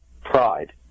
pride